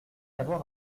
avoir